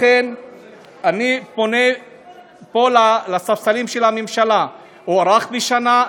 לכן אני פונה פה לספסלים של הממשלה: הוארך בשנה,